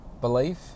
belief